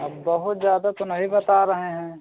अब बहुत ज़्यादा तो नहीं बता रहे हैं